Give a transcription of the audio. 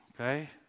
okay